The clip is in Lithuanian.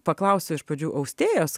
paklausiu iš pradžių austėjos